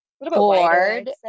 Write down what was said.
board